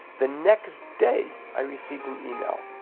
the next day i received an email,